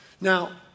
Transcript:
Now